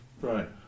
right